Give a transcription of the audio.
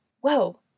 whoa